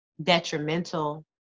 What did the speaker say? detrimental